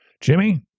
jimmy